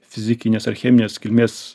fizikinės ar cheminės kilmės